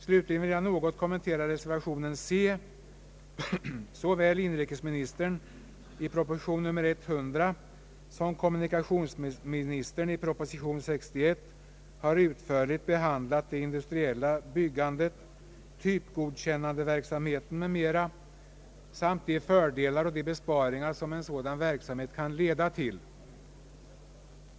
Slutligen vill jag något kommentera reservation c. Såväl inrikesministern i propositionen nr 100 som kommunikationsministern i proposition nr 61 har utförligt behandlat det industrialiserade byggandet, typgodkännandeverksamheten m.m. samt de fördelar och de besparingar som en sådan verksamhet kan leda till.